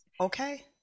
Okay